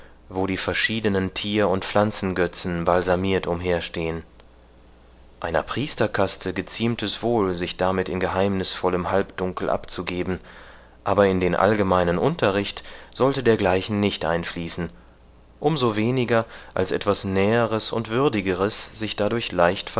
wo die verschiedenen tier und pflanzengötzen balsamiert umherstehen einer priesterkaste geziemt es wohl sich damit in geheimnisvollem halbdunkel abzugeben aber in den allgemeinen unterricht sollte dergleichen nicht einfließen um so weniger als etwas näheres und würdigeres sich dadurch